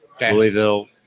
Louisville